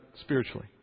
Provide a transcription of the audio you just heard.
spiritually